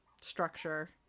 structure